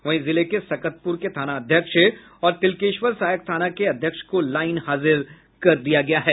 वहीं जिले के सकतपुर के थानाध्यक्ष और तिलकेश्वर सहायक थाना के अध्यक्ष को लाइन हाजिर कर दिया गया है